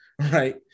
Right